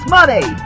Money